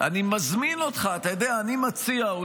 אני מזמין אותך, אתה יודע, אני מציע,